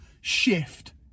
shift